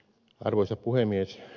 arvoisa puhemies